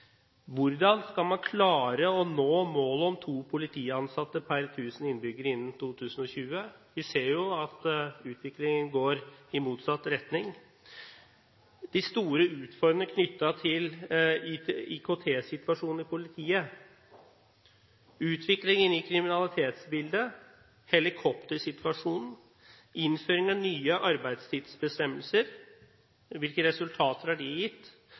Hvordan skal man klare å nå målet om to politiansatte per 1 000 innbyggere innen 2020? Vi ser jo at utviklingen går i motsatt retning. Vi må se på de store utfordringene knyttet til IKT-situasjonen i politiet, utviklingen i kriminalitetsbildet og helikoptersituasjonen. Videre må vi se på innføring av nye arbeidstidsbestemmelser. Hvilke resultater har